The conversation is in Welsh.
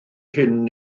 hyn